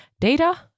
data